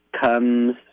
comes